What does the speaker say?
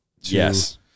Yes